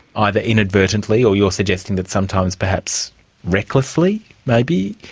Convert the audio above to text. either inadvertently, or you're suggesting that sometimes perhaps recklessly maybe.